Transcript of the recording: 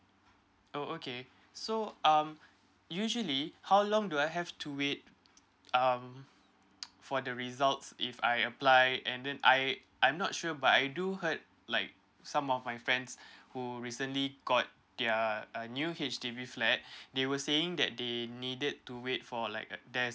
oh okay so um usually how long do I have to wait um for the results if I apply and then I I'm not sure but I do heard like some of my friends who recently got their a new H_D_B flat they were saying that they needed to wait for like uh there's